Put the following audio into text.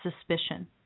suspicion